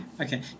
Okay